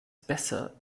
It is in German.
besser